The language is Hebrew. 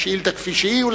השאילתא כפי שהיא,